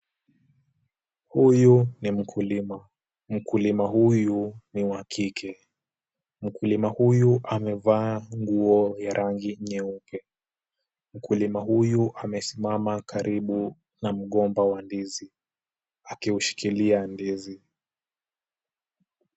Huyu ni mkulima. Mkulima huyu ni wa kike. Mkulima huyu amevaa nguo ya rangi nyeupe. Mkulima huyu amesimama karibu na mgomba wa ndizi, akiushikilia ndizi.